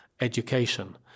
education